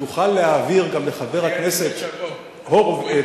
תוכל להעביר גם לחבר הכנסת הורוביץ,